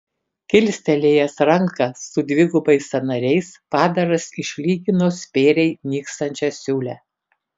kilstelėjęs rankas su dvigubais sąnariais padaras išlygino spėriai nykstančią siūlę